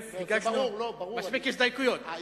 הגשנו מספיק הסתייגויות, ברור.